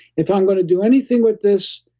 if i'm going to do anything with this,